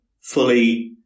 fully